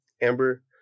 Amber